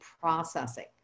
processing